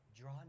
Draw